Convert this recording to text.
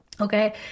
okay